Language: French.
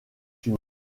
une